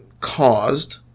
caused